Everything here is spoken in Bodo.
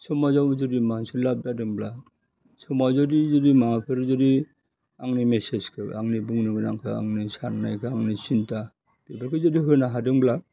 समाजाव जिदु मानसि लाब जादोंब्ला समाव जुदि जुदि माबाफोर जुदि आंनि मेसेसखो आंनि बुंनो गोनांखो आंनि साननायखो आंनि सिन्था बेफोरखौ जुदि होनो हादोंब्ला